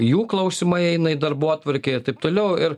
jų klausimai eina į darbotvarkę ir taip toliau ir